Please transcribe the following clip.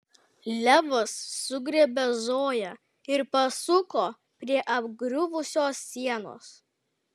levas sugriebė zoją ir pasuko prie apgriuvusios sienos